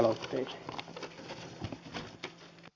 arvoisa puhemies